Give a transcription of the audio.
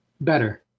Better